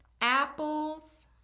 apples